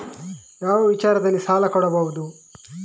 ಯಾವ ವಿಚಾರದಲ್ಲಿ ಸಾಲ ಕೊಡಬಹುದು?